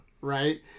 right